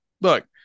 look